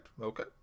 Okay